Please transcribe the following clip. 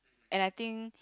and I think